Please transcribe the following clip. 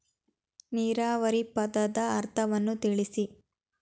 ನೀರಾವರಿ ಪದದ ಅರ್ಥವನ್ನು ತಿಳಿಸಿ?